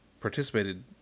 participated